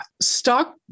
stock